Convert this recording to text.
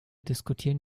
diskutieren